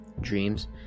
dreams